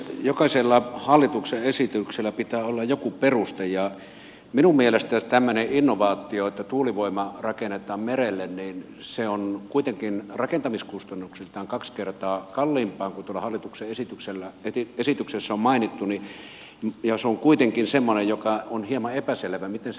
jokaisella hallituksen esityksellä pitää olla joku peruste ja minun mielestäni tämmöinen innovaatio että tuulivoimaa rakennetaan merelle on kuitenkin rakentamiskustannuksiltaan kaksi kertaa kalliimpaa kuin hallituksen esityksessä on mainittu ja se on kuitenkin semmoinen joka on hieman epäselvä miten se toimii